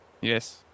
Yes